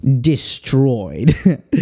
destroyed